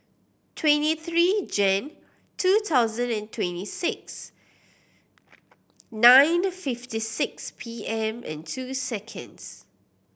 twenty three Jan two thousand and twenty six nine fifty six P M and two seconds